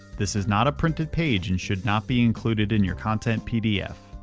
this is not a printed page and should not be included in your content pdf.